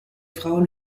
frauen